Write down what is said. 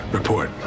Report